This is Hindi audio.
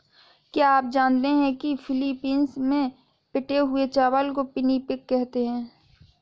क्या आप जानते हैं कि फिलीपींस में पिटे हुए चावल को पिनिपिग कहते हैं